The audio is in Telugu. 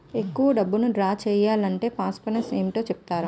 ఎక్కువ డబ్బును ద్రా చేయాలి అంటే ప్రాస సస్ ఏమిటో చెప్తారా?